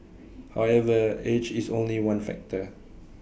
however age is only one factor